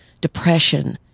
depression